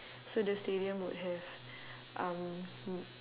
so the stadium would have um